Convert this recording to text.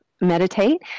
meditate